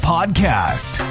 Podcast